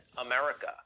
America